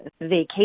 vacation